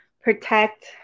protect